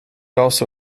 also